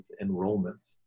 enrollment